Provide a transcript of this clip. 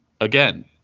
again